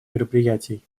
мероприятий